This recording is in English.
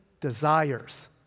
desires